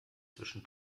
zwischen